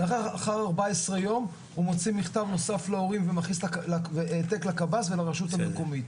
לאחר 14 יום הוא מוציא מכתב נוסף להורים עם העתק לקב"ס ולרשות המקומית.